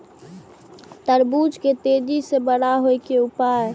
तरबूज के तेजी से बड़ा होय के उपाय?